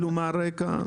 מה הרקע?